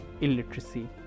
illiteracy